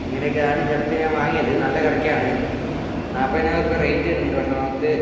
അങ്ങനെയൊക്കെയാണ് കിടക്ക ഞാൻ വാങ്ങിയത് നല്ല കിടക്കയാണ് നാല്പതിനായിരം റുപ്പിക റേറ്റ് വരുന്നുണ്ട് പക്ഷെ നമുക്ക്